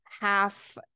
half